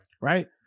Right